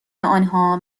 آنها